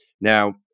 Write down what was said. Now